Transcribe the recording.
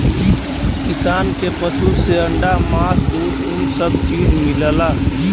किसान के पसु से अंडा मास दूध उन सब चीज मिलला